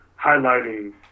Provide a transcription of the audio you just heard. highlighting